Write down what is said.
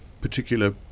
particular